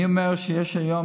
אני אומר שיש היום